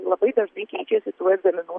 labai dažnai keičiasi tų egzaminų